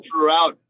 throughout